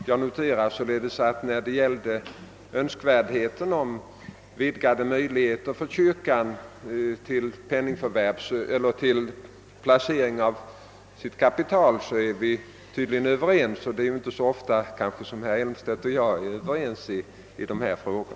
Jag noterar att när det gäller önskvärdheten av vidgade möjligheter för kyrkan att placera sitt kapital är vi tyd ligen överens. Det är kanske inte så ofta som herr Elmstedt och jag är ense i dessa frågor.